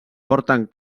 porten